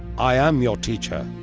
i am your teacher.